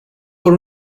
por